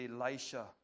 Elisha